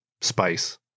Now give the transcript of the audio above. spice